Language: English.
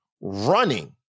running